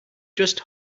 just